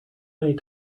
many